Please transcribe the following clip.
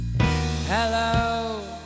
Hello